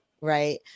right